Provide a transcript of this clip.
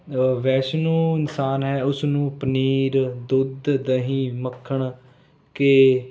ਵੈਸ਼ਨੂੰ ਇਨਸਾਨ ਹੈ ਉਸ ਨੂੰ ਪਨੀਰ ਦੁੱਧ ਦਹੀਂ ਮੱਖਣ ਘਿਉ